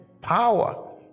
power